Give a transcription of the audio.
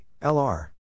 LR